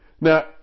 Now